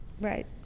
right